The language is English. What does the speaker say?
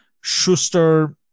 Schuster